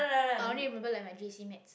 i only remember like my j_c maths